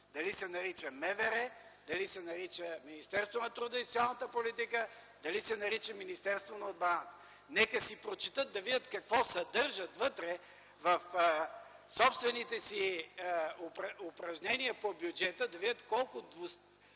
дали се нарича МВР, дали се нарича Министерство на труда и социалната политика, дали се нарича Министерство на отбраната. Нека да си прочетат, да видят какво съдържат вътре в собствените си упражнения по бюджета, да видят колко